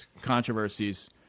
controversies